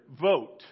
Vote